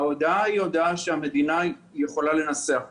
ההודעה היא הודעה שהמדינה יכולה לנסח אותה,